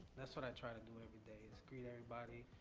that's what i try to do everybody is greet everybody,